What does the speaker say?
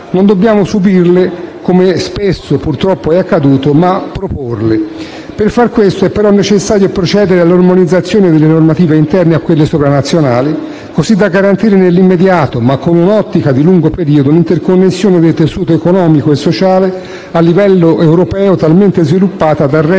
Non dobbiamo subirle, come spesso purtroppo è accaduto, ma proporle. Per fare ciò è però necessario procedere all'armonizzazione delle normative interne a quelle sovranazionali, così da garantire nell'immediato, ma con un'ottica di lungo periodo, un'interconnessione del tessuto economico e sociale a livello europeo talmente sviluppata da rendere